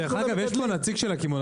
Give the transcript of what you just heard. דרך אגב, יש פה נציג של הקמעונאים?